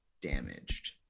damaged